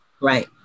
Right